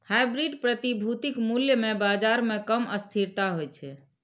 hybrid प्रतिभूतिक मूल्य मे बाजार मे कम अस्थिरता होइ छै